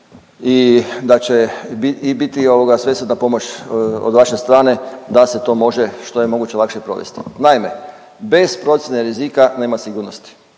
i da će i biti ovoga svesrdna pomoć od vaše strane da se to može što je moguće lakše provesti. Naime, bez procjene rizika nema sigurnosti.